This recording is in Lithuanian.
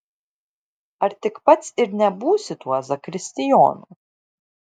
ar tik pats ir nebūsi tuo zakristijonu